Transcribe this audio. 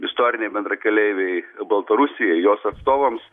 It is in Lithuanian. istorinei bendrakeleivei baltarusijai jos atstovams